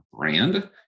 brand